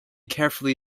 carefully